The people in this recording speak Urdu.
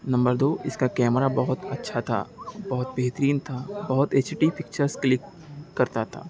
نمبر دو اس کا کیمرہ بہت اچھا تھا بہت بہترین تھا بہت ایچ ڈی پکچرس کلک کرتا تھا